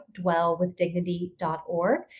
dwellwithdignity.org